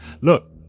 Look